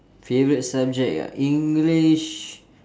favourite subject ah english